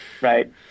Right